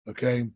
Okay